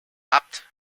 apt